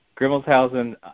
grimmelshausen